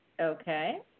Okay